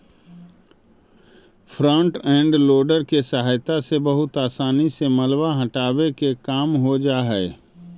front end loader के सहायता से बहुत असानी से मलबा हटावे के काम हो जा हई